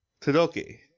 Tadoki